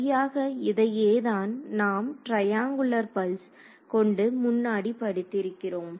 சரியாக இதையே தான் நாம் டிரையேகுலர் பல்ஸ் கொண்டு முன்னாடி படித்திருக்கிறோம்